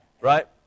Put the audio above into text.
Right